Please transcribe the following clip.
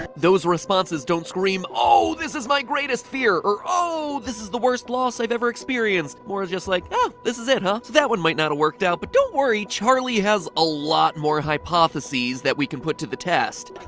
those responses don't scream oh, this is my greatest fear! or oh, this is the worst loss i've ever experienced! more just like oh, this is it huh? so that one might not have worked out, but don't worry, charlie has a lot more hypotheses that we can put to the test.